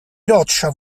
roccia